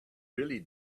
really